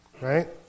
right